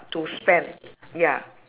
to spend ya